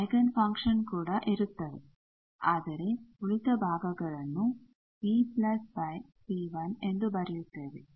eigen function ಕೂಡ ಇರುತ್ತವೆ ಆದರೆ ಉಳಿದ ಭಾಗಗಳನ್ನು ಎಂದು ಬರೆಯುತ್ತೇವೆ